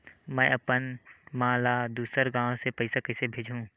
में अपन मा ला दुसर गांव से पईसा कइसे भेजहु?